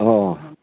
अ